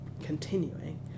continuing